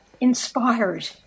inspired